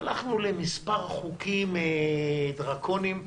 הלכנו למספר חוקים דרקוניים.